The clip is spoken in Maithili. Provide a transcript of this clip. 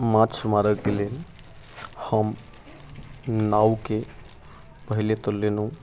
माछ मारैके लेल हम नावके पहिले तऽ लेलहुँ